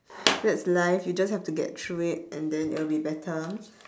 that's life you just have to get through it and then it will be better